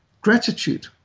gratitude